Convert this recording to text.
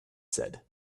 said